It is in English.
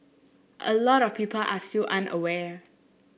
a lot of people are still unaware